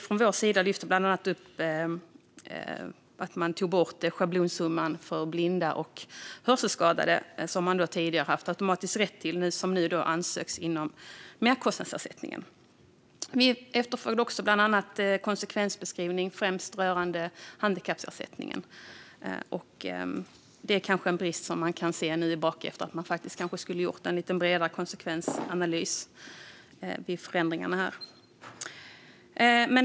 Från vår sida lyfte vi bland annat upp att man tog bort den schablonsumma för blinda och hörselskadade som de tidigare haft automatisk rätt till men som nu måste ansökas om inom merkostnadsersättningen. Vi efterfrågade också bland annat en konsekvensbeskrivning, främst rörande handikappersättningen. Nu i efterhand kan man se att det kanske skulle ha gjorts en lite bredare konsekvensanalys inför förändringarna.